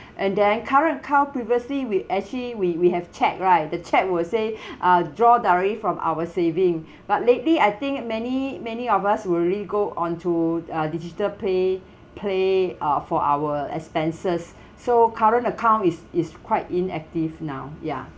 and their current car previously we actually we we have check right the check will say uh draw directly from our saving but lately I think many many of us will already go onto uh digital pay play ah for our expenses so current account is is quite inactive now ya